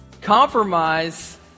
Compromise